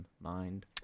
mind